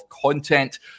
content